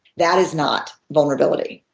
that is not vulnerability.